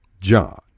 John